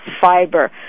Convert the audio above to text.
fiber